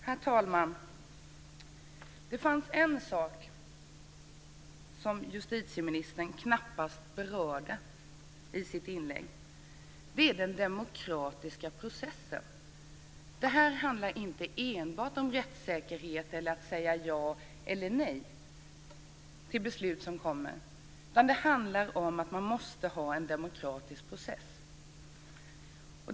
Herr talman! Det fanns en sak som justitieministern knappast berörde i sitt inlägg. Det var den demokratiska processen. Det handlar inte enbart om rättssäkerhet eller om att säga ja eller nej till beslut som ska fattas. Det handlar om att man måste ha en demokratisk process.